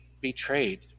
betrayed